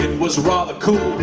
was rather cool,